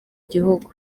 gihugu